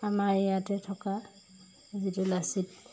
আমাৰ ইয়াতে থকা যিটো লাচিত